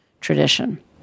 tradition